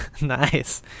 Nice